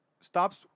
stops